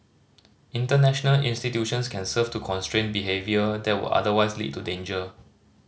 international institutions can serve to constrain behaviour that would otherwise lead to danger